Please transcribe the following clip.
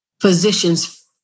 physicians